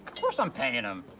course i'm payin' him.